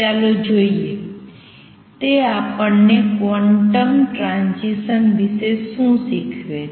ચાલો જોઈએ તે આપણને ક્વોન્ટમ ટ્રાંઝીસન્સ વિશે શું શીખવે છે